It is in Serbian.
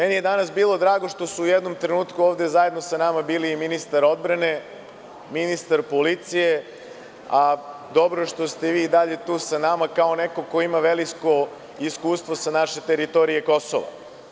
Meni je danas bilo drago što su u jednom trenutku ovde zajedno sa nama bili i ministar odbrane, ministar policije, a dobro je što ste vi i dalje tu sa nama, kao neko ko ima veliko iskustvo sa naše teritorije Kosova.